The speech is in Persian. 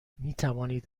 میتوانید